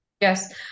Yes